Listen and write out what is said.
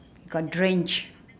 got drenched